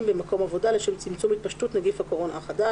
במקום עבודה לשם צמצום התפשטות נגיף הקורונה החדש),